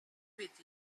with